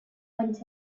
went